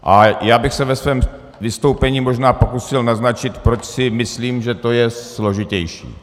A já bych se ve svém vystoupení možná pokusil naznačit, proč si myslím, že to je složitější.